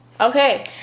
okay